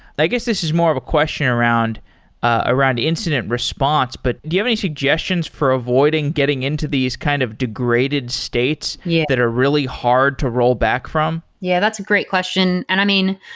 i guess, this is more of a question around ah around incident response, but do you have any suggestions for avoiding getting into these kind of degraded states yeah that are really hard to roll back from? yeah, that's a great question. and i mean,